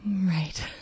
Right